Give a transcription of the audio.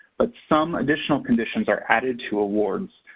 but some additional conditions are added to awards,